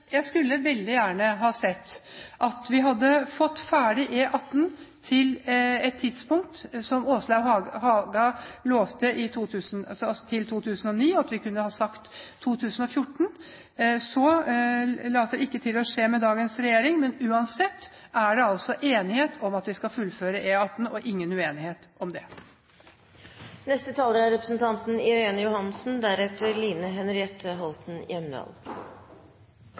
Jeg skulle veldig gjerne ha sett at vi hadde fått ferdig E18 – som Åslaug Haga lovte oss til 2009 – til et bestemt tidspunkt, at vi kunne ha sagt 2014. Det later ikke til å skje med dagens regjering, men uansett er det altså enighet om at vi skal fullføre E18, og det er ingen uenighet om det. Stopp siden november 2010, sier representanten Schou. Det er